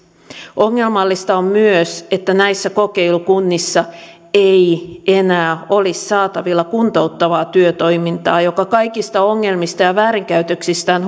ongelmallista on myös että näissä kokeilukunnissa ei enää olisi saatavilla kuntouttavaa työtoimintaa joka kaikista ongelmista ja väärinkäytöksistään